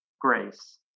grace